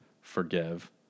forgive